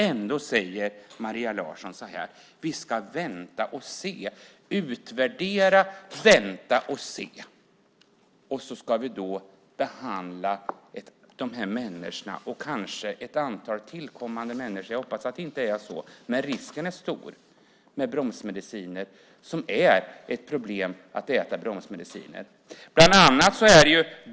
Ändå säger Maria Larsson: Vi ska utvärdera, vänta och se. Vi ska behandla de här människorna och kanske ett antal tillkommande människor - jag hoppas att det inte är så, men risken är stor - med bromsmediciner. Att äta bromsmediciner är ett problem.